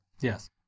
yes